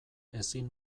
ezin